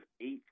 eight